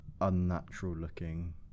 unnatural-looking